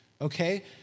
okay